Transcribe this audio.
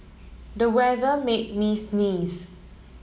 the weather made me sneeze